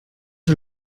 del